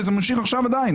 וזה עדיין ממשיך.